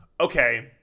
Okay